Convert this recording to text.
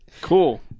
Cool